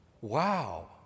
Wow